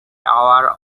hour